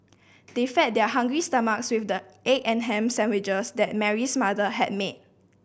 they fed their hungry stomachs with the egg and ham sandwiches that Mary's mother had made